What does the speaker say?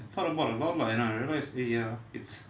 I thought about a lot ah and then I realised eh ya it's